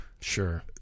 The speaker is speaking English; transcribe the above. sure